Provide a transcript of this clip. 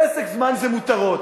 "פסק זמן" זה מותרות.